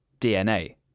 DNA